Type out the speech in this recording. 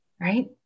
right